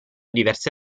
diverse